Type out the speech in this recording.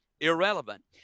irrelevant